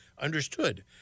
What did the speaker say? Understood